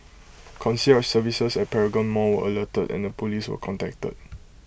concierge services at Paragon Mall were alerted and the Police were contacted